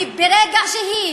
כי ברגע שהיא